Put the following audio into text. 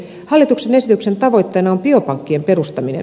hallituksen esityksen tavoitteena on biopankkien perustaminen